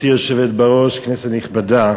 גברתי היושבת בראש, כנסת נכבדה,